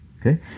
Okay